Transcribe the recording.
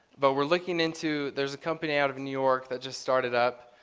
but we're looking into, there's a company out of new york that just started up,